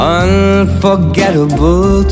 unforgettable